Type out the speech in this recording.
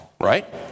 right